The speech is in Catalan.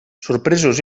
sorpresos